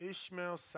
Ishmael